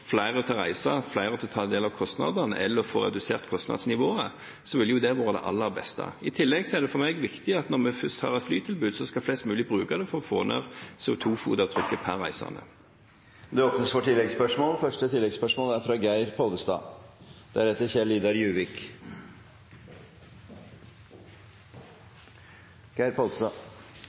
flere til å reise, flere til å ta en del av kostnadene eller få redusert kostnadsnivået, så ville det vært det aller beste. I tillegg er det for meg viktig at når vi først har et flytilbud, så skal flest mulig bruke det for å få ned fotavtrykket per reisende. Det blir oppfølgingsspørsmål – først Geir Pollestad. Statsråden vil ikke diskutere de enkelte flyplassene, men for folk og næringsliv er